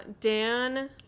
dan